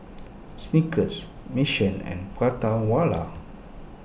Snickers Mission and Prata Wala